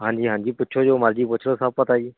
ਹਾਂਜੀ ਹਾਂਜੀ ਪੁੱਛੋ ਜੋ ਮਰਜ਼ੀ ਪੁੱਛੋ ਸਭ ਪਤਾ ਹੈ ਜੀ